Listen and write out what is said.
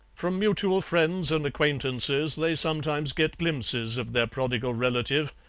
from mutual friends and acquaintances they sometimes get glimpses of their prodigal relative,